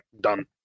done